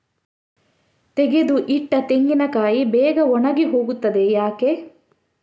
ತೆಗೆದು ಇಟ್ಟ ತೆಂಗಿನಕಾಯಿ ಬೇಗ ಒಣಗಿ ಹೋಗುತ್ತದೆ ಯಾಕೆ?